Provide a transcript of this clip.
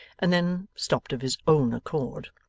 and then stopped of his own accord.